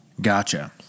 Gotcha